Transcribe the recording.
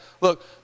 look